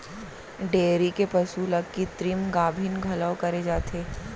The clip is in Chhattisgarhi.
डेयरी के पसु ल कृत्रिम गाभिन घलौ करे जाथे